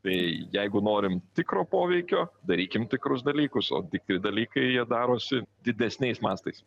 tai jeigu norim tikro poveikio darykim tikrus dalykus o tikri dalykai jie darosi didesniais mastais